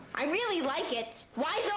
i really like it. why's